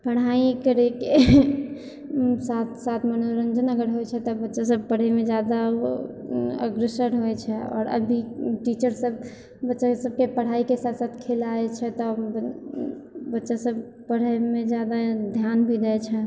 पढ़ाइ करैके साथ साथ मनोरञ्जन अगर होइ छै तऽ बच्चासब पढ़ैमे ज्यादा अग्रसर होइ छै आओर अभी टीचरसब बच्चासबके पढ़ाइके साथ साथ खेलाए छै तऽ बच्चासब पढ़ैमे ज्यादा धिआन भी दै छै